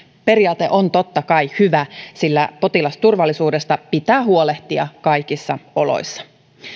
periaate on totta kai hyvä sillä potilasturvallisuudesta pitää huolehtia kaikissa oloissa